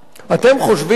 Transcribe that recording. אתם חושבים באמת,